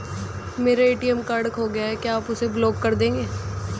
मेरा ATM card खो गया है क्या आप उसे ब्लॉक कर देंगे?